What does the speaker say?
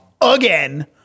again